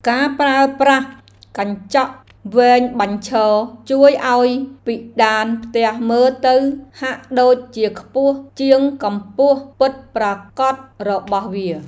ការប្រើប្រាស់កញ្ចក់វែងបញ្ឈរជួយឱ្យពិដានផ្ទះមើលទៅហាក់ដូចជាខ្ពស់ជាងកម្ពស់ពិតប្រាកដរបស់វា។